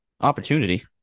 opportunity